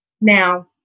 now